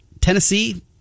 Tennessee